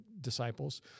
disciples